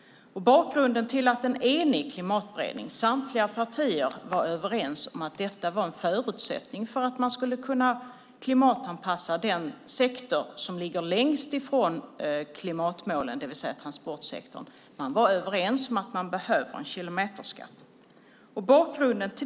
En enig klimatberedning med samtliga partier var överens om att detta var en förutsättning för att man skulle kunna klimatanpassa den sektor som ligger längst ifrån klimatmålen, det vill säga transportsektorn. Den var överens om att man behöver en kilometerskatt.